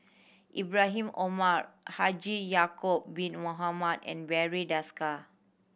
Ibrahim Omar Haji Ya'acob Bin Mohamed and Barry Desker